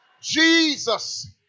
Jesus